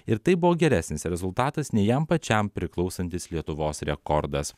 ir tai buvo geresnis rezultatas nei jam pačiam priklausantis lietuvos rekordas